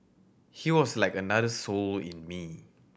he was like another soul in me